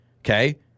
Okay